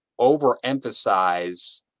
overemphasize